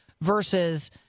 versus